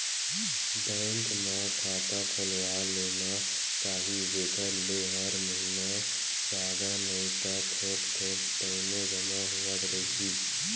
bank म खाता खोलवा लेना चाही जेखर ले हर महिना जादा नइ ता थोक थोक तउनो जमा होवत रइही